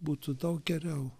būtų daug geriau